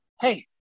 hey